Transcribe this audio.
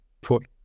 put